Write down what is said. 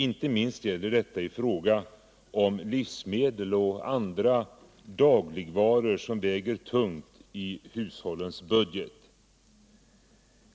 Inte minst gäller detta i fråga om livsmedel och andra dagligvaror som väger tungt i hushållens budget.